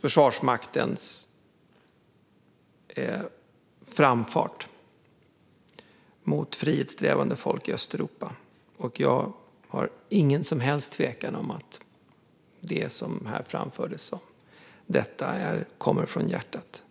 försvarsmaktens framfart mot frihetssträvande folk i Östeuropa. Och jag har inget som helst tvivel om att det som här framfördes om detta kom från hjärtat.